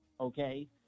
okay